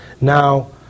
now